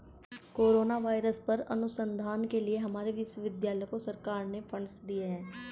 corona virus पर अनुसंधान के लिए हमारे विश्वविद्यालय को सरकार ने फंडस दिए हैं